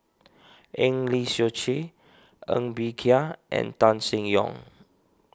Eng Lee Seok Chee Ng Bee Kia and Tan Seng Yong